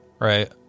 right